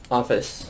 office